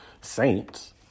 saints